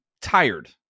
tired